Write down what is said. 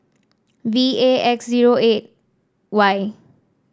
V A X zero eight Y